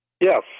Yes